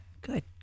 good